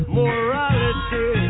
morality